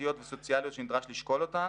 חברתיות וסוציאליות שנדרש לשקול אותן,